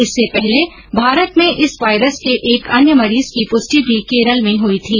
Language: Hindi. इससे पहले भारत में इस वायरस के एक अन्य मरीज की प्रष्टि भी केरल में हुई थी